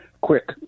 quick